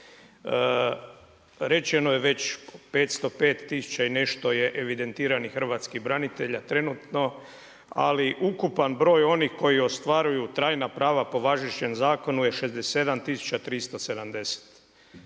Rečeno je već 505 tisuća i nešto je evidentiranih hrvatskih branitelja trenutno ali ukupan broj onih koji ostvaruju trajna prava po važećem zakonu je 67 370.